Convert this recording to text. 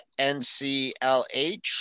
NCLH